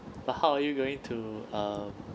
but how are you going to um